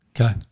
Okay